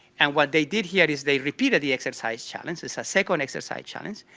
and what they did here is they repeated the exercise challenge, it's a second exercise challenge,